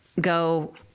go